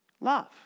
Love